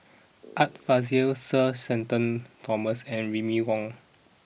Art Fazil Sir Shenton Thomas and Remy Ong